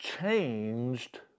changed